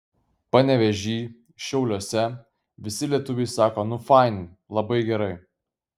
panevėžy šiauliuose visi lietuviai sako nu fain labai gerai